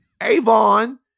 Avon